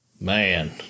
Man